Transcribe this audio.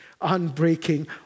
unbreaking